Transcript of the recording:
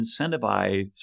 incentivize